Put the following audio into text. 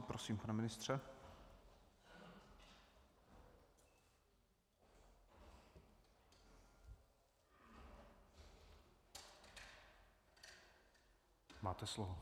Prosím, pane ministře, máte slovo.